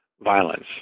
Violence